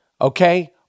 okay